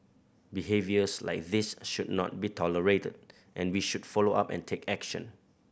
behaviours like this should not be tolerated and we should follow up and take action